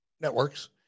networks